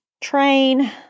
train